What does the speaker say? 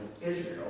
Israel